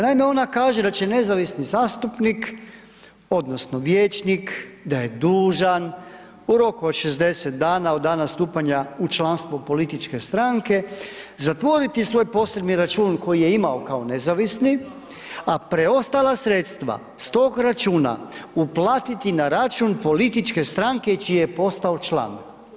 Naime, ona kaže da će nezavisni zastupnik, odnosno vijećnik da je dužan u roku od 60 dana od dana stupanja, od dana stupanja u članstvu političke stranke, zatvoriti svoj posebni račun koji je imao kao nezavisni a preostala sredstva s tog računa uplatiti na račun političke stranke čiji je postao član.